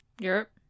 Europe